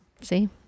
See